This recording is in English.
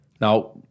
Now